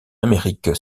amérique